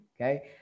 okay